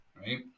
right